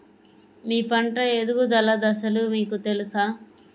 మీ పంట ఎదుగుదల దశలు మీకు తెలుసా?